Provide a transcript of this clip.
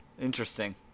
Interesting